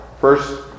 First